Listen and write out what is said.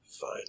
Fine